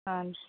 ಹಾಂ ರೀ